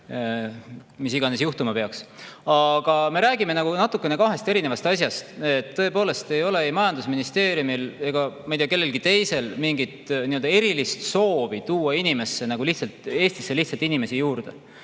mis iganes juhtuma peaks. Aga me räägime kahest erinevast asjast. Tõepoolest ei ole ei majandusministeeriumil ega kellelgi teisel mingit erilist soovi Eestisse lihtsalt inimesi juurde